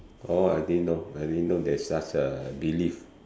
oh I didn't know I didn't know there's such a belief